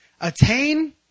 Attain